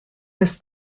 this